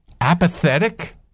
apathetic